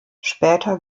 später